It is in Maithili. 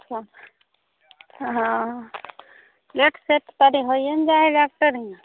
तब हँ लेट सेट तनि होइए ने जाइ हइ डाक्टर हिआँ